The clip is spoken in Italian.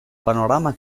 panorama